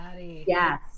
yes